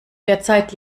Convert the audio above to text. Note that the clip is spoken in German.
derzeit